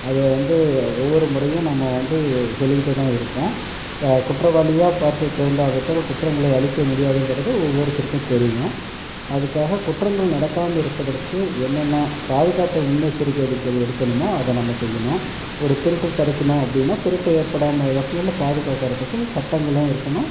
அதை வந்து ஒவ்வொரு முறையும் நம்ம வந்து சொல்லிக்கிட்டே தான் இருக்கோம் இப்போ குற்றவாளியாக பார்த்து தெரிந்தால் விட்டால் குற்றங்களை அழிக்க முடியாதுங்கறது ஒவ்வொருத்தருக்கும் தெரியும் அதற்காக குற்றங்கள் நடக்காமல் இருப்பதற்கு என்னென்ன பாதுகாப்பு முன்னெச்சரிக்கை நடவடிக்கைகள் எடுக்கணுமோ அதை நம்ம செய்யணும் ஒரு திருட்டு தடுக்கணும் அப்படின்னா திருட்டு ஏற்படாமல் வகையில் பாதுகாக்கறத்துக்கு சட்டங்களும் இருக்கணும்